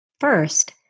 First